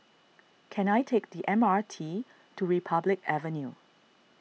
can I take the M R T to Republic Avenue